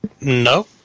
No